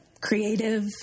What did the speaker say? creative